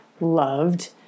loved